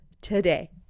today